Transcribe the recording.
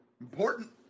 Important